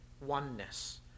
oneness